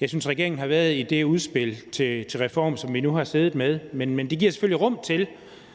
jeg synes regeringen har været i det udspil til reform, som vi nu har siddet med. Men det giver selvfølgelig rum til,